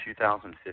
2015